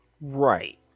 Right